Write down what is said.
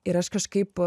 ir aš kažkaip